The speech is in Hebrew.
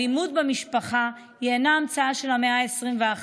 אלימות במשפחה היא אינה המצאה של המאה ה-21,